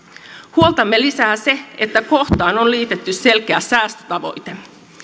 huoltamme lisää se että kohtaan on liitetty selkeä säästötavoite